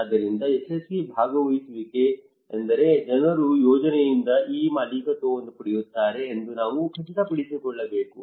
ಆದ್ದರಿಂದ ಯಶಸ್ವಿ ಭಾಗವಹಿಸುವಿಕೆ ಎಂದರೆ ಜನರು ಯೋಜನೆಯಿಂದ ಈ ಮಾಲೀಕತ್ವವನ್ನು ಪಡೆಯುತ್ತಾರೆ ಎಂದು ನಾವು ಖಚಿತಪಡಿಸಿಕೊಳ್ಳಬೇಕು